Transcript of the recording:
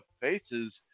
Faces